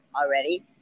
already